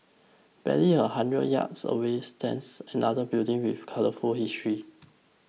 barely a hundred yards away stands another building with colourful history